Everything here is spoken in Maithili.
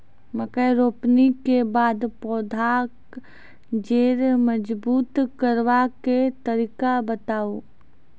मकय रोपनी के बाद पौधाक जैर मजबूत करबा के तरीका बताऊ?